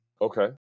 Okay